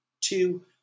two